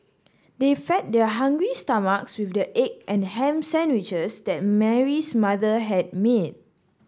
they fed their hungry stomachs with the egg and ham sandwiches that Mary's mother had made